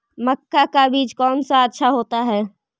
मक्का का बीज कौन सा अच्छा होता है?